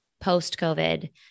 post-covid